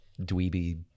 dweeby